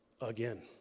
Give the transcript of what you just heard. again